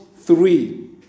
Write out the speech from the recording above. three